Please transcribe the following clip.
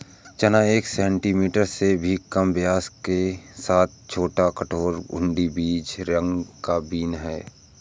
चना एक सेंटीमीटर से भी कम व्यास के साथ एक छोटा, कठोर, घुंडी, बेज रंग का बीन है